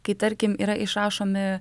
kai tarkim yra išrašomi